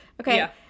Okay